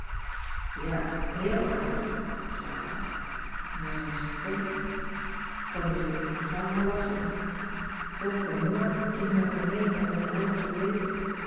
heel aardig zei pa maar zijn stem connie slikte maar gauw haar lach in pop en noor gingen met me mee om me te helpen verkleeden